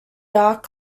dark